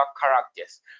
characters